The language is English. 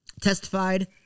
testified